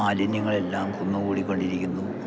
മാലിന്യങ്ങളെല്ലാം കുന്നുകൂടി കൊണ്ടിരിക്കുന്നു